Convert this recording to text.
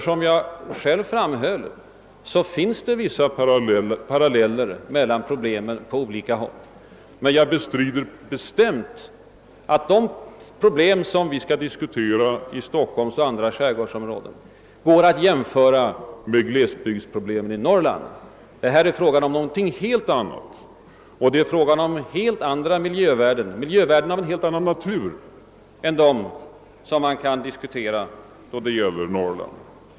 Som jag själv framhöll finns det vissa paralleller mellan problemen på olika håll. Men jag bestrider bestämt att de problem vi skall diskutera beträffande Stockholms skärgård och andra skärgårdsområden går att jämföra med glesbygdsproblemen i Norrland. Det gäller här någonting helt annat och miljövärden av en helt annan art än det är fråga om i Norrland.